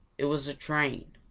it was a train.